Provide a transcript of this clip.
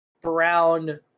brown